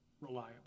reliable